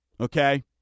Okay